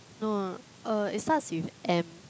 no uh it starts with M